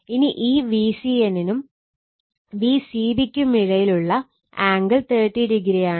ഇനി ഈ Vcn നും Vcb ക്കും ഇടയിലുള്ള ആംഗിൾ 30o ആണ്